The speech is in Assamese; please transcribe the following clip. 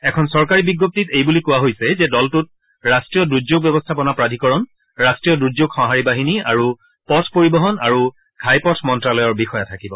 এখন চৰকাৰী বিজ্ঞপ্তিত এই বুলি কোৱা হৈছে যে দলটোত ৰাষ্টীয় দূৰ্যোগ ব্যৱস্থাপনা প্ৰাধিকৰণ ৰাষ্ট্ৰীয় দূৰ্যোগ সঁহাৰি বাহিনী আৰু পথ পৰিবহণ আৰু ঘাইপথ মন্ত্যালয়ৰ বিষয়া থাকিব